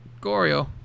Gorio